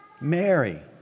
Mary